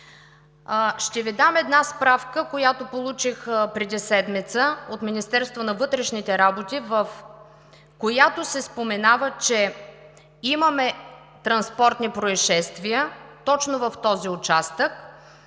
Ще Ви дам една справка, която получих преди седмица от Министерството на вътрешните работи, в която се споменава, че имаме транспортни произшествия точно в този участък.